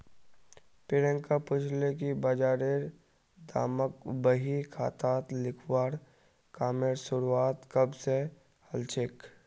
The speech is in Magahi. प्रियांक पूछले कि बजारेर दामक बही खातात लिखवार कामेर शुरुआत कब स हलछेक